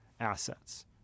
assets